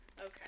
Okay